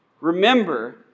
remember